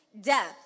death